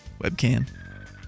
webcam